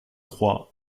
trois